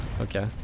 okay